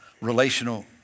relational